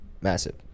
massive